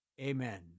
Amen